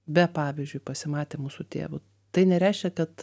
be pavyzdžiui pasimatymų su tėvu tai nereiškia kad